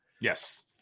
Yes